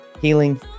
healing